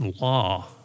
law